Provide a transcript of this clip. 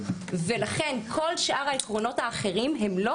לכן כל שאר העקרונות האחרים הם לא